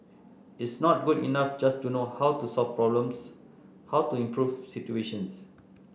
it's not good enough just to know how to solve problems how to improve situations